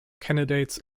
candidates